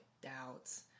doubts